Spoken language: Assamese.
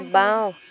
বাঁও